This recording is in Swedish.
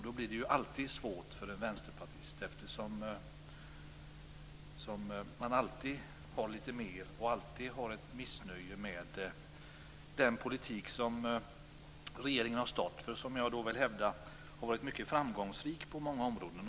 Då blir det ju alltid svårt för en vänsterpartist, eftersom man alltid har litet mer och alltid är missnöjd med den politik som regeringen har stått för, vilken jag vill hävda har varit mycket framgångsrik på många områden.